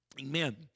Amen